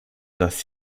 dass